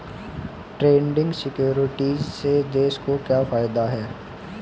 Trading securities से देश को क्या फायदा होता है?